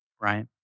right